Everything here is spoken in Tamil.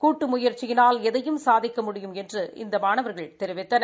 கூட்டு முயற்சியினால் எதையும் சாதிக்க முடியும் என்று இந்த மாணவர்கள் தெரிவித்தனர்